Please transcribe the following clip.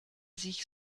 sich